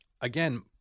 Again